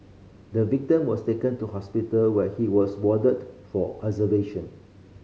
the victim was taken to hospital where he was warded for observation